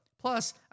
Plus